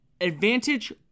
Advantage